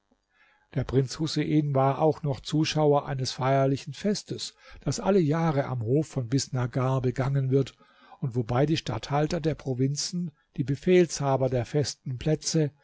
der prinz husein war auch noch zuschauer eines feierlichen festes das alle jahre am hof von bisnagar begangen wird und wobei die statthalter der provinzen die befehlshaber der festen plätze